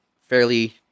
fairly